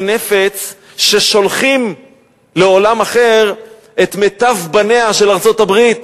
נפץ ששולחים לעולם אחר את מיטב בניה של ארצות-הברית.